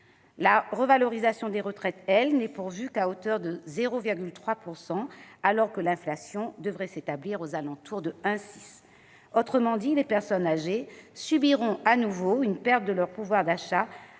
La revalorisation des retraites, quant à elle, n'est prévue qu'à hauteur de 0,3 %, alors que l'inflation devrait s'établir aux alentours de 1,6 %. Autrement dit, les personnes âgées subiront de nouveau une perte de leur pouvoir d'achat,